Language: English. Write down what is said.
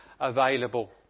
available